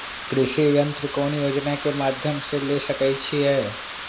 कृषि यंत्र कौन योजना के माध्यम से ले सकैछिए?